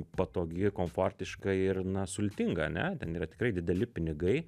patogi komfortiška ir na sultinga ane ten yra tikrai dideli pinigai